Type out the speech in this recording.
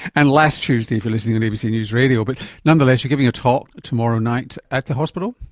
and last tuesday if you're listening on abc news radio, but nonetheless you're giving a talk tomorrow night at the hospital?